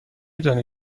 دانی